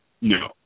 No